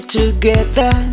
together